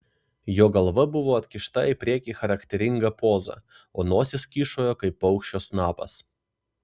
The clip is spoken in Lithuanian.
jo galva buvo atkišta į priekį charakteringa poza o nosis kyšojo kaip paukščio snapas